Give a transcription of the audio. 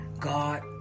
God